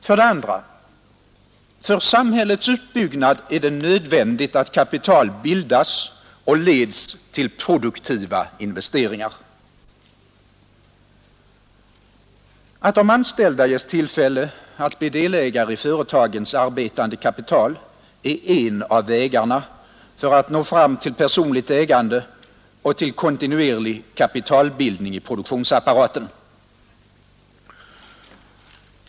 För det andra: För samhällets utbyggnad är det nödvändigt att kapital bildas och leds till produktiva investeringar. Att de anställda ges tillfälle att bli delägare i företagens arbetande kapital är en av vägarna för att nå fram till personligt ägande och till kontinuerlig kapitalbildning i produktionsapparaten.